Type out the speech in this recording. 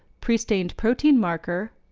prestained protein marker,